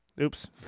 Oops